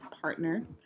partner